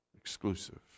Exclusive